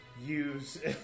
use